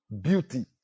Beauty